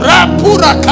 Rapura